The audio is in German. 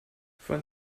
von